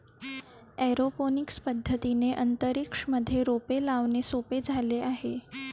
aeroponics पद्धतीने अंतरिक्ष मध्ये रोपे लावणे सोपे झाले आहे